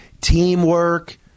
teamwork